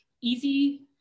easy